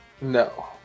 No